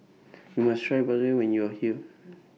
YOU must Try when YOU Are here